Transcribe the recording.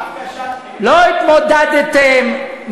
לא התמודדתם,